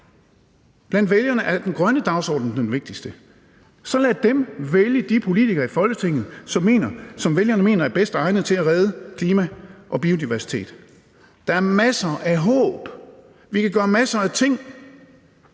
Blandt vælgerne er den grønne dagsorden den vigtigste. Så lad dem vælge de politikere til Folketinget, som vælgerne mener er bedst egnede til at redde klima og biodiversitet. Der er masser af håb. Vi kan gøre masser af ting.